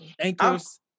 anchors